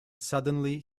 suddenly